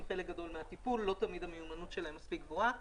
חלק מהטיפול ולא תמיד המיומנות שלהם גבוהה מספיק,